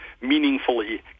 meaningfully